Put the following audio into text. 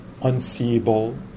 unseeable